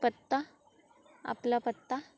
पत्ता आपला पत्ता